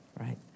right